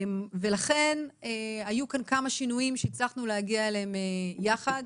ולכן היו כאן כמה שינויים שהצלחנו להגיע אליהם יחד.